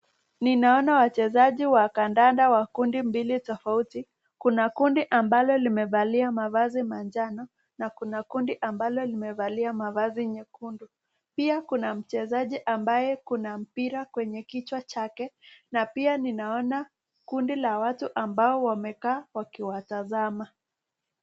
Ninaona wachezaji wa kandanda wa kundi mbili tofauti. Kuna kundi ambalo limevalia mavazi manjano na kuna kundi ambalo limevalia mavazi nyekundu. Pia kuna mchezaji ambaye kuna mpira kwenye kichwa chake na pia ninaona kundi la watu ambao wamekaa wakiwatazama.